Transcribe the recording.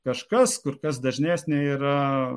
kažkas kur kas dažnesnė yra